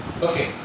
Okay